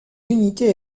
unités